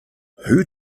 who